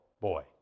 boy